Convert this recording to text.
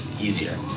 easier